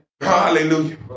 Hallelujah